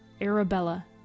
Arabella